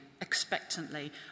expectantly